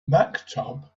maktub